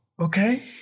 okay